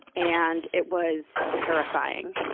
and it was terrifying.